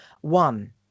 one